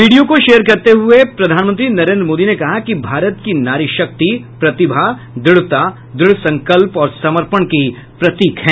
video को शेयर करते हुए श्री मोदी ने कहा कि भारत की नारी शक्ति प्रतिभा दृढ़ता दृढ़ संकल्प और समर्पण की प्रतीक है